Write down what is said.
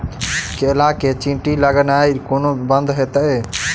केला मे चींटी लगनाइ कोना बंद हेतइ?